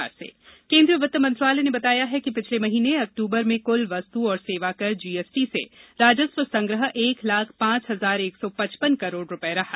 GST केन्द्रीय वित्त मंत्रालय ने बताया है कि पिछले महीने अक्टूबर में कुल वस्तु और सेवा कर जीएसटी से राजस्व संग्रह एक लाख पांच हजार एक सौ पचपन करोड़ रुपये रहा